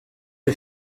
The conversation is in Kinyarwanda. iyi